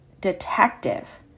detective